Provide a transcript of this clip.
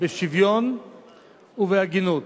בשוויון ובהגינות.